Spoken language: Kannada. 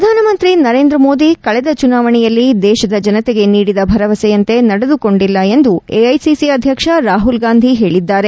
ಪ್ರಧಾನಮಂತ್ರಿ ನರೇಂದ್ರಮೋದಿ ಕಳೆದ ಚುನಾವಣೆಯಲ್ಲಿ ದೇಶದ ಜನತೆಗೆ ನೀಡಿದ ಭರವಸೆಯಂತೆ ನಡೆದುಕೊಂಡಿಲ್ಲ ಎಂದು ಎಐಸಿಸಿ ಅಧ್ಯಕ್ಷ ರಾಹುಲ್ಗಾಂಧಿ ಹೇಳಿದ್ದಾರೆ